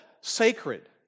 sacred